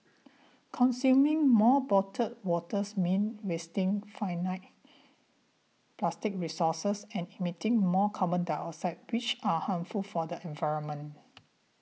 consuming more bottled waters means wasting finite plastic resources and emitting more carbon dioxide which are harmful for the environment